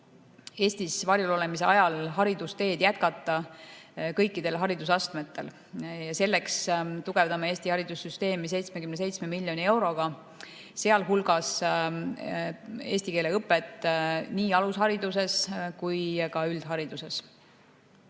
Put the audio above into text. Eestis varjul olemise ajal haridusteed jätkata kõikidel haridusastmetel. Selleks tugevdame Eesti haridussüsteemi 77 miljoni euroga, sealhulgas eesti keele õpet nii alushariduses kui ka üldhariduses.